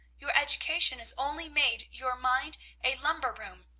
your education has only made your mind a lumber-room,